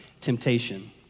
temptation